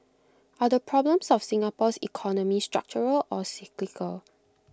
are the problems of Singapore's economy structural or cyclical